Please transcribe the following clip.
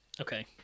Okay